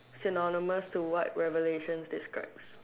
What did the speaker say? synonymous to what revelation describes